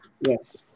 Yes